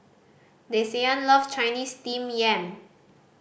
Desean love Chinese Steamed Yam